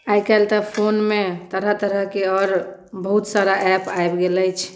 आइ काल्हि तऽ फोनमे तरह तरहके आओर बहुत सारा एप आबि गेल अछि